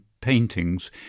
paintings